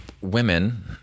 women